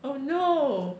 oh no